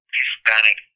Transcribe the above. Hispanic